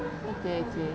okay okay